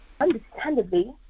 Understandably